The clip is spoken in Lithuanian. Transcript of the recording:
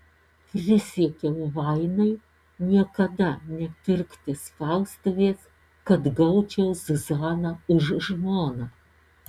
prisiekiau vainai niekada nepirkti spaustuvės kad gaučiau zuzaną už žmoną